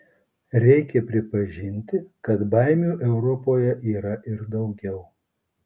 reikia pripažinti kad baimių europoje yra ir daugiau